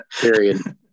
period